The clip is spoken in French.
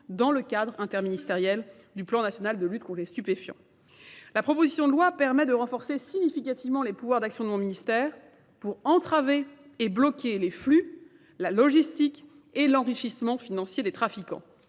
dans le cadre interministériel du plan national de lutte contre les stupéfiants. La proposition de loi permet de renforcer significativement les pouvoirs d'action de mon ministère pour entraver et bloquer les flux, la logistique et l'enrichissement financier des trafiquants.